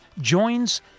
joins